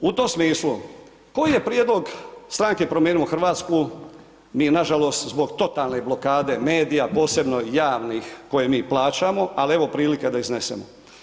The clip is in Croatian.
U tom smislu, koji je prijedlog Stranke promijenimo Hrvatsku, mi je nažalost zbog totalne blokade medija, posebno javnih koje mi plaćamo, ali evo prilike da iznesemo.